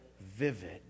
vivid